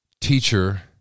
teacher